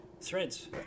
Threads